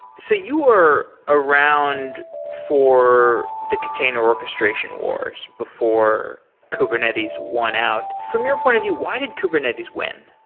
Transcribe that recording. so you are around for the container orchestration wars before kubernetes won out. from your point of view, why did kubernetes win?